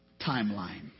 timeline